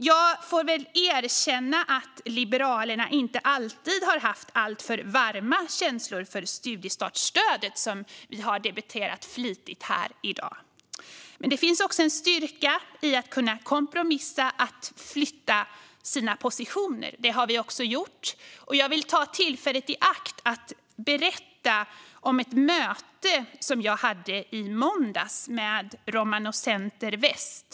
Jag får väl erkänna att Liberalerna inte alltid har haft alltför varma känslor för studiestartsstödet, som vi har debatterat flitigt här i dag. Men det finns också en styrka i att kunna kompromissa och flytta sina positioner. Det har vi också gjort, och jag vill ta tillfället i akt att berätta om ett möte jag hade i måndags med Romano Center i Väst.